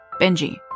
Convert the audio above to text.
Benji